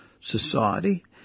society